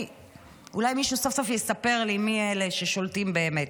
אולי מישהו סוף-סוף יספר לי מי אלה ששולטים באמת.